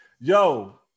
Yo